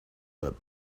that